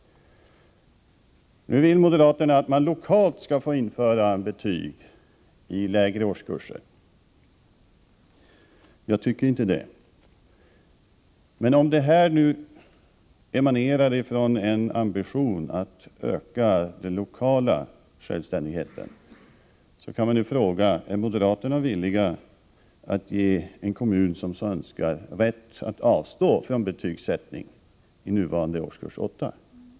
Nu vill moderaterna att man lokalt skall få införa betyg i lägre årskurser. Jag tycker inte att man skall få göra det. Men om nu detta krav emanerar från en ambition att öka den lokala självständigheten, kan man fråga: Är moderaterna villiga att ge en kommun som så önskar rätt att avstå från betygsättning i nuvarande årskurs 8?